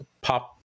pop